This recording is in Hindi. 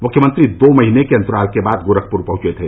मुख्यमंत्री दो महीने के अंतराल के बाद गोरखपुर पहुंचे थे